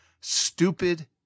Stupid